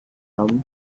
tom